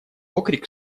окрик